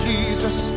Jesus